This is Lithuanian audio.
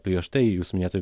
prieš tai jūs minėtam